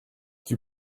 you